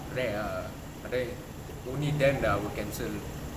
rare ah but then only then I will cancel